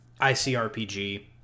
ICRPG